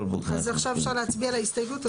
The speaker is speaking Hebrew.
אז עכשיו אפשר להצביע על ההסתייגות.